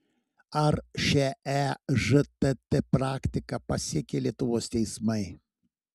ar šia ežtt praktika pasekė lietuvos teismai